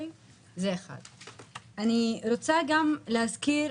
אני רוצה גם להזכיר